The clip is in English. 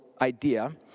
idea